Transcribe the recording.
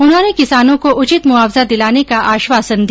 उन्होंने किसानों को उचित मुआवजा दिलाने का आश्वासन दिया